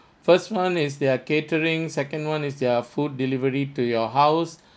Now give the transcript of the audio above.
first [one] is their catering second [one] is their food delivery to your house